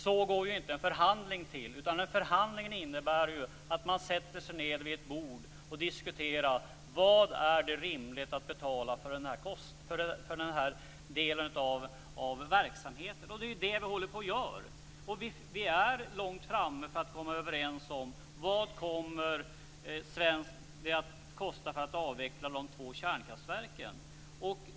Så går det inte en förhandling till, utan en förhandling innebär att man sätter sig ned vid ett bord och diskuterar vad det är rimligt att betala för en den aktuella delen av verksamheten. Det är vad vi håller på att göra. Vi är långt framme för att komma överens om vad det kommer att kosta att avveckla de två kärnkraftverken.